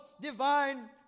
divine